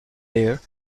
layer